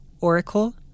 oracle